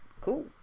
Cool